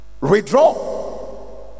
withdraw